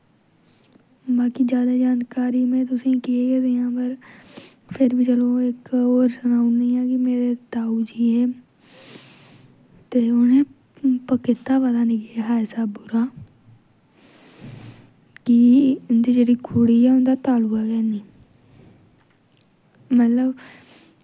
बाकी ज्यादा जानकारी में तुसेंगी गै केह् देआं पर फिर बी चलो इक होर सनाई ओड़नियां कि मेरे ताऊ जी हे ते उ'नें कीता पना नेईं केह् हा ऐसा बुरा कि उं'दा जेह्ड़ी कुड़ी ऐ उं'दा तालुआ गै हैनी मतलब